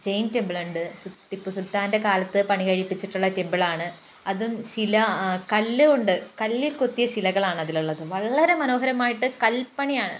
ജെയിൻ ടെമ്പിളുണ്ട് ടിപ്പു സുൽത്താൻ്റെ കാലത്ത് പണി കഴിപ്പിച്ചിട്ടുള്ള ടെമ്പിളാണ് അതും ശില കല്ല് കൊണ്ട് കല്ലിൽ കൊത്തിയ ശിലകളാണ് അതിലുള്ളത് വളരെ മനോഹരമായിട്ട് കൽപ്പണിയാണ്